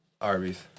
Arby's